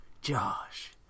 Josh